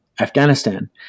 Afghanistan